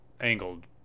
angled